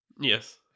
Yes